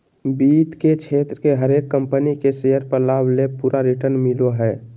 वित्त के क्षेत्र मे हरेक कम्पनी के शेयर पर लाभ ले पूरा रिटर्न मिलो हय